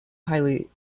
highly